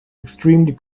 extremely